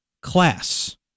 class